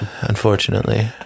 Unfortunately